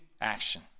action